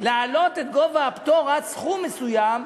להעלות את גובה הפטור עד סכום מסוים,